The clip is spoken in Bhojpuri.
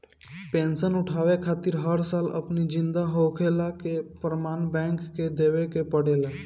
पेंशन उठावे खातिर हर साल अपनी जिंदा होखला कअ प्रमाण बैंक के देवे के पड़ेला